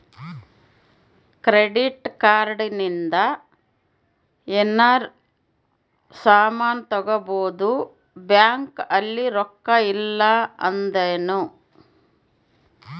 credit card ಇಂದ ಯೆನರ ಸಾಮನ್ ತಗೊಬೊದು ಬ್ಯಾಂಕ್ ಅಲ್ಲಿ ರೊಕ್ಕ ಇಲ್ಲ ಅಂದೃನು